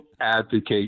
advocate